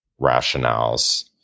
rationales